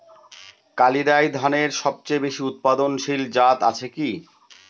কালিরাই ধানের সবচেয়ে বেশি উৎপাদনশীল জাত আছে কি?